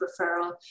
referral